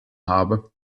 habe